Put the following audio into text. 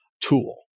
tool